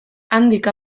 handik